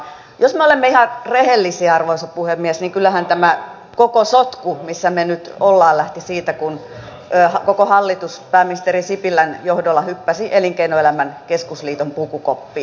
jos me olemme ihan rehellisiä arvoisa puhemies niin kyllähän tämä koko sotku missä me nyt olemme lähti siitä kun koko hallitus pääministeri sipilän johdolla hyppäsi elinkeinoelämän keskusliiton pukukoppiin